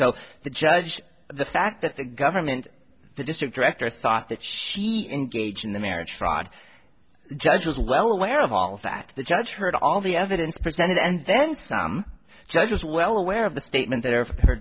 so the judge the fact that the government the district director thought that she engaged in the marriage fraud judge was well aware of all that the judge heard all the evidence presented and then judge is well aware of the statement that